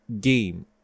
game